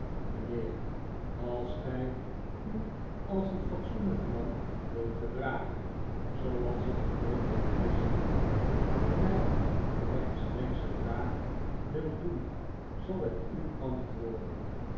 mijnheer als gij u als een fatsoenlijk man wilt gedragen zooals ik geloof dat gij zijt en mij een rechtstreeksche vraag wilt doen zal ik u antwoorden